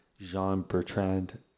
Jean-Bertrand